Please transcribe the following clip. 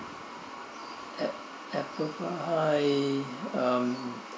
a~ apple pie um